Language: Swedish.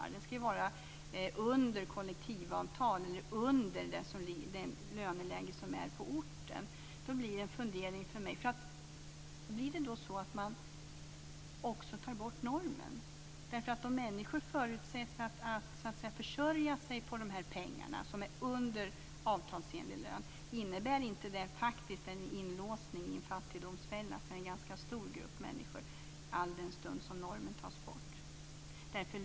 Lönen ska ju vara under kollektivavtalet eller under det löneläge som råder på orten. Då får jag en fundering: Blir det så att man också tar bort normen? Om människor förutsätts försörja sig på de här pengarna, som är under avtalsenlig lön - innebär inte det en inlåsning i en fattigdomsfälla för en ganska stor grupp människor alldenstund normen tas bort?